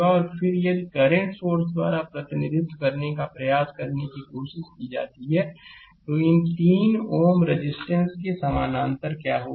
और फिर यदि करंट सोर्स द्वारा प्रतिनिधित्व करने का प्रयास करने की कोशिश की जाती है तो इन 3 Ω रेजिस्टेंस के समानांतर क्या होगा